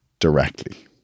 Directly